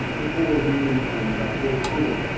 before, during and post covid,